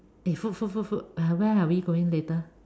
eh food food food food ah where are we going later